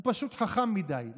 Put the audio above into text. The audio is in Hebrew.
הוא פשוט חכם מדי,